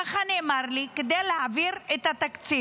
ככה נאמר לי, כדי להעביר את התקציב.